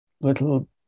little